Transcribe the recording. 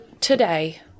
today